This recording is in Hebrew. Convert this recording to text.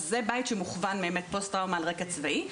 אז זה בית שמוכוון לנפגעי פוסט טראומה על רקע צבאי,